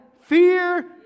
Fear